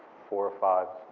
four, five,